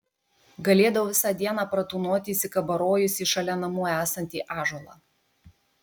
galėdavau visą dieną pratūnoti įsikabarojusi į šalia namų esantį ąžuolą